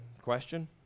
question